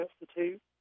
Institute